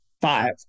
five